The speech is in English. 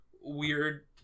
weird